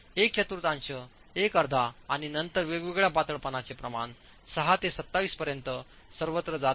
एक चतुर्थांश एक अर्धा आणि नंतर वेगवेगळ्या पातळपणाचे प्रमाण 6 ते 27 पर्यंत सर्वत्र जात आहे